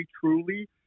truly